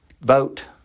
Vote